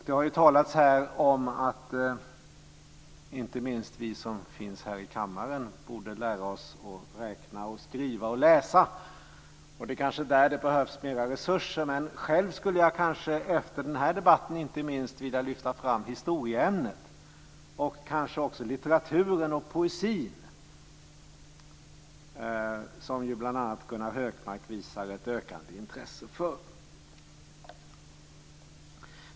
Det har talats om att inte minst vi som finns här i kammaren borde lära oss räkna, skriva och läsa. Det kanske är där det behövs mer resurser, men själv skulle jag inte minst efter den här debatten vilja lyfta fram historieämnet och kanske även litteraturen och poesin, som bl.a. Gunnar Hökmark visar att ökande intresse för.